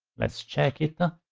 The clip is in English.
let's check it.